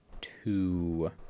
two